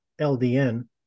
LDN